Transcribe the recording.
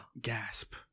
gasp